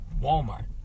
Walmart